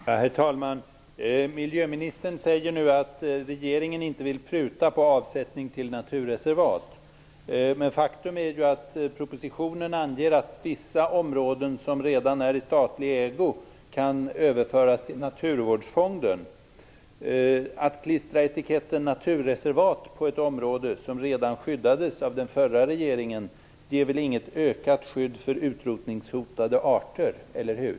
Herr talman! Miljöministern säger nu att regeringen inte vill pruta vad gäller avsättning till naturreservat. Faktum är att man i propositionen anger att vissa områden som redan är i statlig ägo kan överföras till Naturvårdsfonden. Att klistra etiketten naturreservat på ett område som redan skyddades av den förra regeringen ger väl inget ökat skydd för utrotningshotade arter, eller hur?